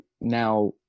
now